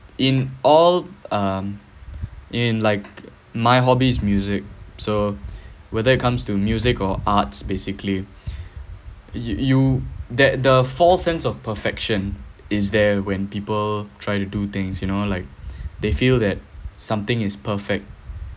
in all um in like my hobby is music so whether it comes to music or art basically you that the false sense of perfection is there when people try to do things you know like they feel that something is perfect